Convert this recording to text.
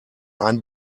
ein